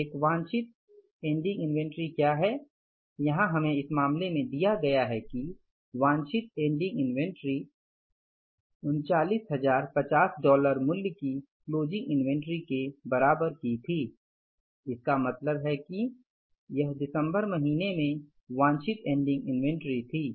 एक वांछित ending inventory क्या है यहां हमें इस मामले में दिया गया है कि वांछित एंडिंग इन्वेंट्री 39050 डॉलर मूल्य की क्लोजिंग इन्वेंटरी के बराबर की थी इसका मतलब है कि यह दिसंबर महीने में वांछित एंडिंग इन्वेंटरी थी